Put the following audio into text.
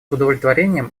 удовлетворением